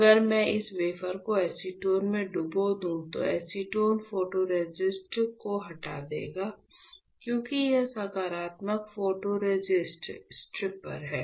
अगर मैं इस वेफर को एसीटोन में डुबो दूं तो एसीटोन फोटोरेसिस्ट को हटा देगा क्योंकि यह सकारात्मक फोटोरेसिस्ट स्ट्रिपर है